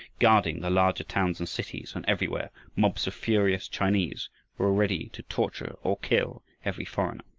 guarding the larger towns and cities and everywhere mobs of furious chinese were ready to torture or kill every foreigner.